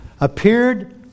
Appeared